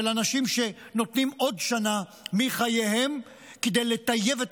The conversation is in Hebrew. אנשים שנותנים עוד שנה מחייהם כדי לטייב את